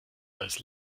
als